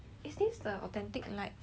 !wah! this [one] is